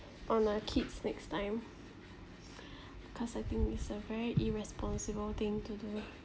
on our kids next time cause I think it's a very irresponsible thing to do